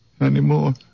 anymore